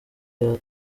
iya